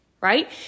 right